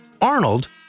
Arnold